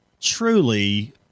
truly